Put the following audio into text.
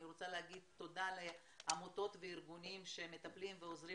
אני רוצה להגיד תודה לעמותות וארגונים שמטפלים ועוזרים